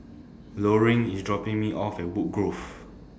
Loring IS dropping Me off At Woodgrove